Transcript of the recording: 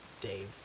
Dave